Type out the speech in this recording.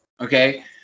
Okay